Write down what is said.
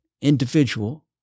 individual